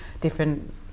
different